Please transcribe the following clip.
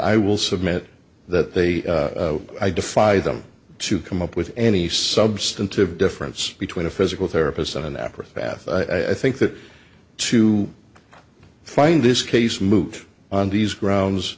i will submit that they i defy them to come up with any substantive difference between a physical therapist and an average fatha i think that to find this case move on these grounds